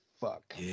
fuck